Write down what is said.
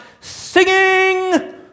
singing